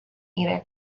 either